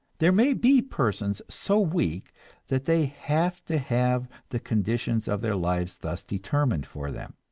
there may be persons so weak that they have to have the conditions of their lives thus determined for them